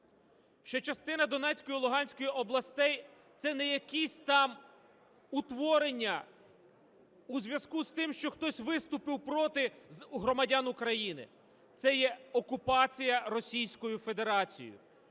що частина Донецької і Луганської областей це не якісь там утворення у зв'язку з тим, що хтось виступив проти з громадян України, – це є окупація Російською Федерацією.